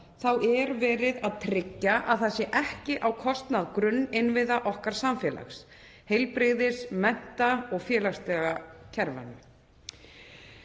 er verið að tryggja að það sé ekki á kostnað grunninnviða okkar samfélags, heilbrigðis-, mennta- og félagslegu kerfanna.